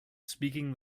speaking